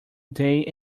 day